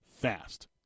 fast